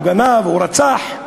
או גנב או רצח,